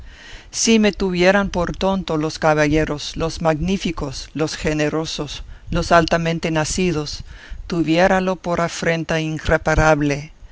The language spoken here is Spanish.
si me tuvieran por tonto los caballeros los magníficos los generosos los altamente nacidos tuviéralo por afrenta